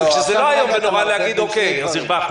וכזה לא איום ונורא להגיד אז הרווחנו.